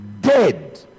dead